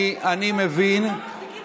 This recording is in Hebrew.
אני מבין,